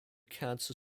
cancer